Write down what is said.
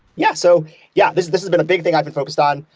yeah. so yeah this this has been a big thing i've been focused on.